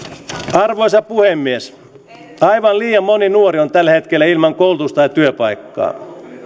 arvoisa puhemies aivan liian moni nuori on tällä hetkellä ilman koulutus tai työpaikkaa